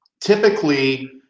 typically